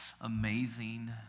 amazing